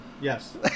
Yes